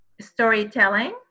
storytelling